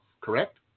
correct